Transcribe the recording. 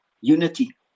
unity